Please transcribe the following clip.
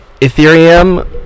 Ethereum